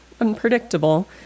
unpredictable